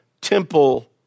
temple